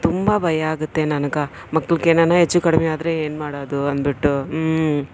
ತುಂಬ ಭಯ ಆಗುತ್ತೆ ನನಗೆ ಮಕ್ಕಳ್ಗೆ ಏನಾನ ಹೆಚ್ಚು ಕಡ್ಮೆ ಆದರೆ ಏನ್ಮಾಡೋದು ಅಂಂದ್ಬಿಟ್ಟು